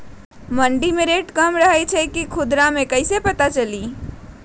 मंडी मे रेट कम रही छई कि खुदरा मे कैसे पता चली?